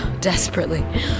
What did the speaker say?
Desperately